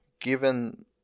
given